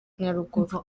nyaruguru